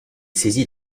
saisit